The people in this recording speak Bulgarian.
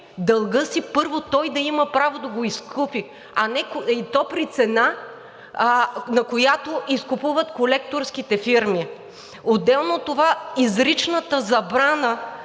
дълга си – първо той да има право да го изкупи, и то при цена, на която изкупуват колекторските фирми. Отделно от това, изричната забрана